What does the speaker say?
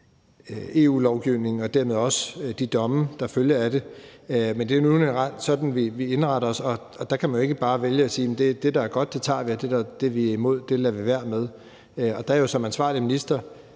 EU-lovgivningen og dermed også de domme, der følger af den. Men det er nu engang sådan, vi har indrettet os, og der kan vi jo ikke bare vælge at sige, at det, der er godt, tager vi, og at det, vi er imod, lader vi være med. Og der skal jeg jo som ansvarlig minister,